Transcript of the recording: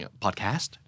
podcast